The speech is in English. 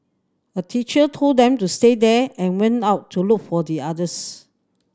a teacher told them to stay there and went out to look for the others